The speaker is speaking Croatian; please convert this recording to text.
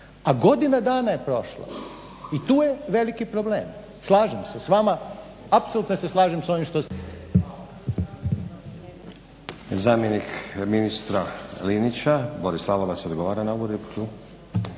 A godina dana je prošla i tu je veliki problem. Slažem se s vama, apsolutno se slažem s onim što ste